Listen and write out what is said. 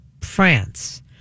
France